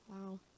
Wow